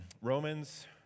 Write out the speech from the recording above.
Romans